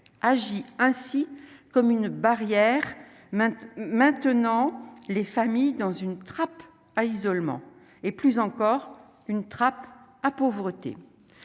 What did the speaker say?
agit ainsi comme une barrière maintenant maintenant les familles dans une trappe à isolement et plus encore une trappe à pauvreté,